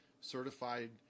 certified